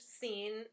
scene